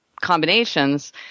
combinations